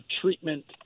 treatment